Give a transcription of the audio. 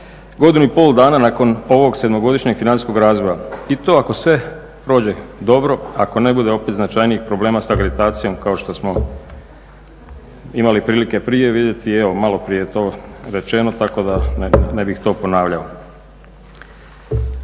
godinu i pol dana nakon ovog sedmogodišnjeg financijskog razvoja i to ako sve prođe dobro, ako ne bude opet značajnijih problema s akreditacijom kao što smo imali prilike prije vidjeti. I evo maloprije je to rečeno, tako da ne bih to ponavljao.